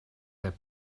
their